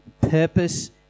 purpose